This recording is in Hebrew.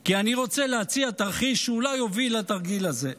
כי אני רוצה להציע תרחיש שאולי הוביל לתרגיל הזה.